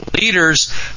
leaders